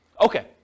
Okay